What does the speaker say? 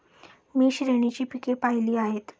मी श्रेणीची पिके पाहिली आहेत